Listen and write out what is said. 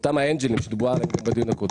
אותם האנג'לים שדיברו עליהם בדיון הקודם,